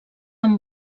amb